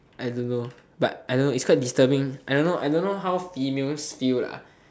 I don't know but I don't know but it's quite disturbing I don't know how females feels lah